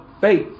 faith